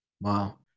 Wow